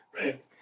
right